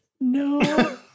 No